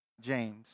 James